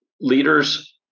leaders